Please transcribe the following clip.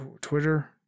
Twitter